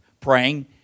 praying